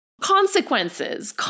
Consequences